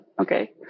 okay